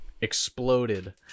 exploded